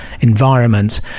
environment